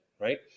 right